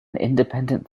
independent